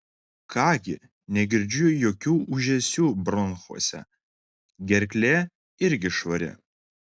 ką gi negirdžiu jokių ūžesių bronchuose gerklė irgi švari